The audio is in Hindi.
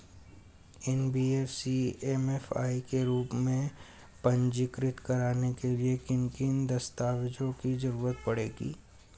एन.बी.एफ.सी एम.एफ.आई के रूप में पंजीकृत कराने के लिए किन किन दस्तावेजों की जरूरत पड़ेगी?